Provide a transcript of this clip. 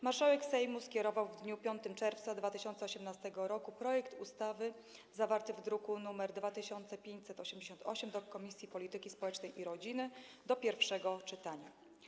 Marszałek Sejmu skierował w dniu 5 czerwca 2018 r. projekt ustawy zawarty w druku nr 2588 do Komisji Polityki Społecznej i Rodziny do pierwszego czytania.